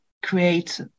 create